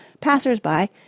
passers-by